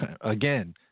again